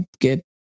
get